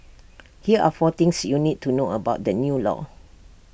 here are four things you need to know about the new law